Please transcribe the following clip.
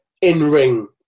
in-ring